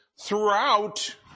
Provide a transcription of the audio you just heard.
throughout